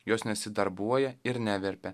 jos nesidarbuoja ir neverpia